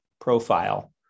profile